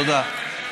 תודה.